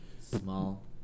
Small